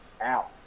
Out